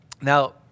Now